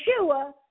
Yeshua